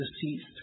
deceased